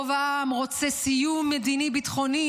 רוב העם רוצה סיום מדיני-ביטחוני,